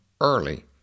early